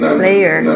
player